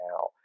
now